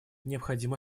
необходимо